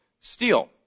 steel